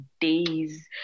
days